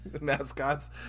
Mascots